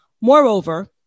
Moreover